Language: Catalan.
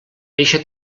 eixa